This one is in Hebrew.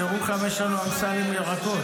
בירוחם יש לנו אמסלם ירקות.